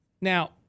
Now